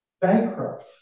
bankrupt